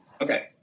Okay